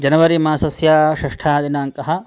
January मास्य षष्ठः दिनाङ्कः